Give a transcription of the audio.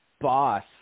boss